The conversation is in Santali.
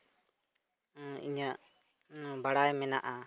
ᱤᱧᱟᱹᱜ ᱵᱟᱲᱟᱭ ᱢᱮᱱᱟᱜᱼᱟ